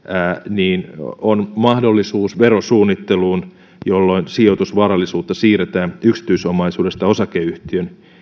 niin on mahdollisuus verosuunnitteluun jolloin sijoitusvarallisuutta siirretään yksityisomaisuudesta osakeyhtiön